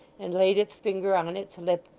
and laid its finger on its lip,